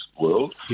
world